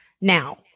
now